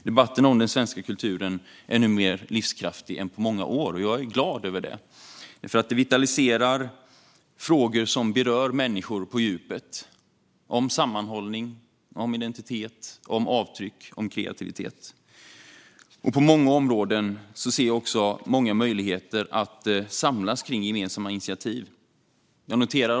Debatten om den svenska kulturen är nu mer livskraftig än på många år. Och jag är glad över det, därför att det vitaliserar frågor som berör människor på djupet, frågor om sammanhållning, identitet, avtryck och kreativitet. På många områden ser jag många möjligheter att samlas kring gemensamma initiativ.